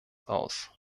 aus